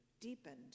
deepened